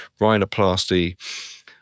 rhinoplasty